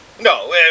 no